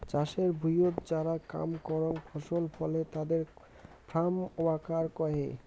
চাষের ভুঁইয়ত যারা কাম করাং ফসল ফলে তাদের ফার্ম ওয়ার্কার কহে